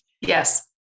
Yes